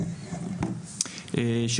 כי